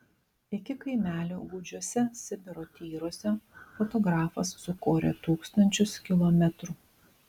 iki kaimelio gūdžiuose sibiro tyruose fotografas sukorė tūkstančius kilometrų